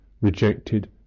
rejected